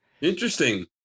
interesting